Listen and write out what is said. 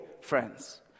friends